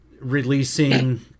releasing